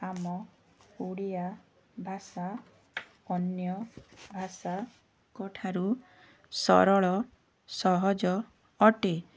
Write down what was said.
ଆମ ଓଡ଼ିଆ ଭାଷା ଅନ୍ୟ ଭାଷାଙ୍କ ଠାରୁ ସରଳ ସହଜ ଅଟେ